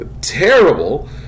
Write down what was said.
Terrible